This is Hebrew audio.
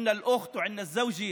האחות ואת האישה,